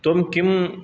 त्वं किं